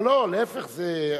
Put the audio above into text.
לא, להיפך, זה יפה.